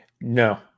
No